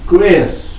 grace